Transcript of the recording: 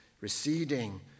receding